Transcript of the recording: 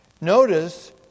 Notice